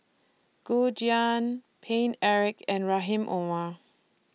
Gu Juan Paine Eric and Rahim Omar